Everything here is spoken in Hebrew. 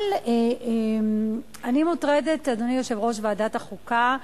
אבל אני מוטרדת, אדוני יושב-ראש ועדת החוקה,